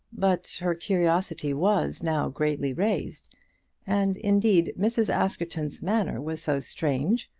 but her curiosity was now greatly raised and, indeed, mrs. askerton's manner was so strange,